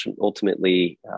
ultimately